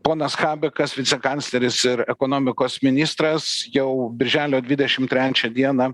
ponas habekas vicekancleris ir ekonomikos ministras jau birželio dvidešim trečia dieną